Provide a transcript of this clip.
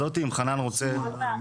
בוועדה.